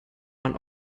man